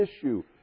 issue